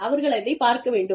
அவர்கள் அதை பார்க்க வேண்டும்